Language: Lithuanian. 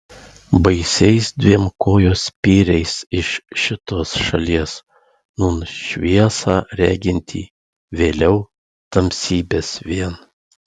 baisiais dviem kojos spyriais iš šitos šalies nūn šviesą regintį vėliau tamsybes vien